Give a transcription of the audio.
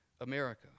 America